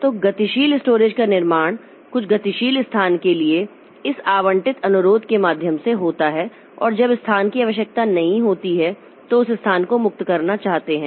तो गतिशील स्टोरेज का निर्माण कुछ गतिशील स्थान के लिए इस आवंटित अनुरोध के माध्यम से होता है और जब स्थान की आवश्यकता नहीं होती है तो उस स्थान को मुक्त करना चाहते हैं